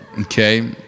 Okay